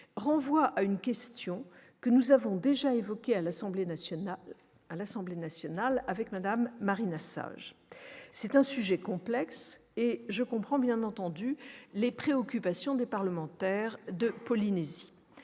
renvoie à une question que nous avons déjà évoquée à l'Assemblée nationale avec Mme Maina Sage. C'est un sujet complexe, et je comprends bien entendu les préoccupations des parlementaires de Polynésie.